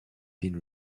been